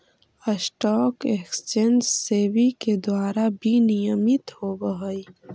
stock exchange SEBI के द्वारा विनियमित होवऽ हइ